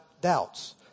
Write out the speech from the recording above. doubts